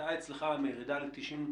שהתבטאה אצלך מירידה ל-90%,